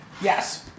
Yes